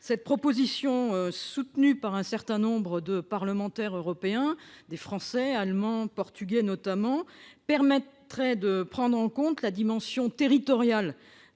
Cette proposition soutenue par un certain nombre de parlementaires européens, notamment français, allemands et portugais, permettrait de prendre en compte la dimension territoriale